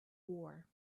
war